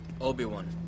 Obi-Wan